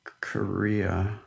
Korea